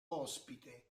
ospite